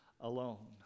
alone